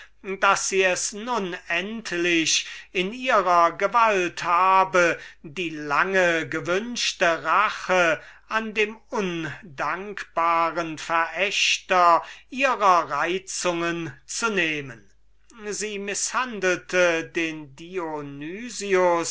daß sie es nun endlich in ihrer gewalt habe die lange gewünschte rache an diesem undankbaren verächter ihrer reizungen zu nehmen sie mißhandelte den